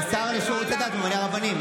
והשר לשירותי דת ממנה רבנים.